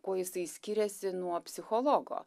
kuo jisai skiriasi nuo psichologo